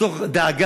מתוך דאגה,